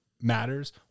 matters